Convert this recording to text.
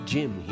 Jim